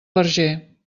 verger